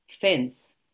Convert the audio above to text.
fence